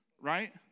Right